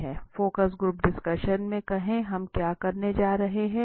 focus group discussion में कहें हम क्या करने जा रहे हैं